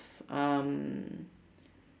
um